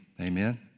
Amen